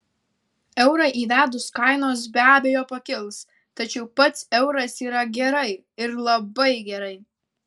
eurą įvedus kainos be abejo pakils tačiau pats euras yra gerai ir labai gerai